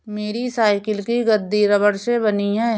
मेरी साइकिल की गद्दी रबड़ से बनी है